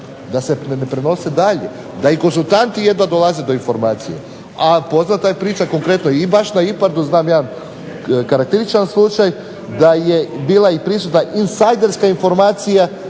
da se ne prenose dalje, da i konzultanti jedva dolaze do informacija, a poznata je priča konkretno i baš na IPARD-u, znam jedan karakterističan slučaj, da je bila i prisutna insajderska informacija